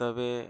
ᱛᱚᱵᱮ